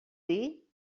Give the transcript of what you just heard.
dir